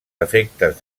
efectes